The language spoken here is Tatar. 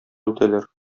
үтәләр